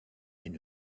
une